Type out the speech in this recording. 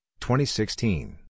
2016